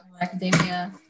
academia